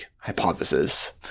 hypothesis